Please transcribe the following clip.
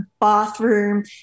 bathroom